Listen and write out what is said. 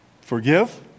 forgive